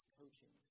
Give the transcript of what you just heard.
coaching